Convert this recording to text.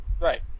right